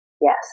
Yes